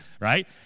right